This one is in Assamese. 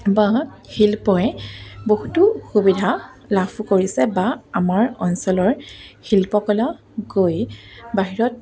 বা শিল্পই বহুতো সুবিধা লাভো কৰিছে বা আমাৰ অঞ্চলৰ শিল্পকলা গৈ বাহিৰত